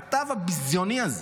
הכתב הביזיוני הזה,